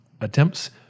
attempts